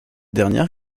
dernière